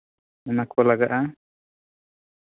ᱚᱱᱟᱠᱚ ᱞᱟᱜᱟᱜᱼᱟ